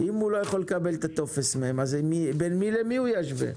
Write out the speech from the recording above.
אם לא יכול לקבל את הטופס מהם, בין מי למי ישווה?